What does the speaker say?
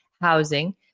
housing